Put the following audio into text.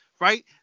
right